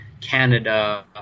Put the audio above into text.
Canada